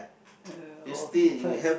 uh oh keep first